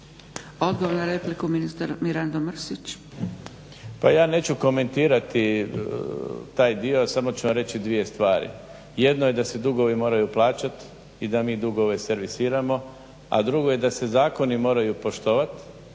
Odgovor na repliku, ministar Mirando Mrsić.